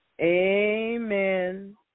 Amen